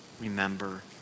remember